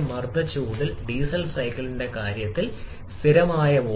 ഒരു ആശയം നൽകുന്നു അല്ലെങ്കിൽ ഞാൻ ഏറ്റവും കുറഞ്ഞത് പറയണം പൂർണ്ണമായ ജ്വലനം ഉറപ്പാക്കാൻ ആവശ്യമായ വായുവിന്റെ അളവ്